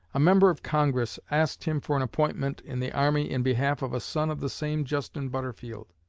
a member of congress asked him for an appointment in the army in behalf of a son of the same justin butterfield.